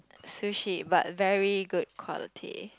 sushi but very good quality